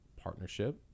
partnership